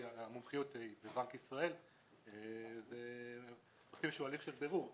כי המומחיות היא בבנק ישראל ועושים איזשהו הליך של בירור.